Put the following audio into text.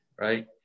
right